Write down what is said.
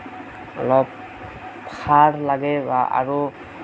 অলপ সাৰ লাগে আৰু